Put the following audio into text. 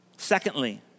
Secondly